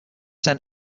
sent